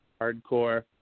hardcore